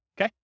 Okay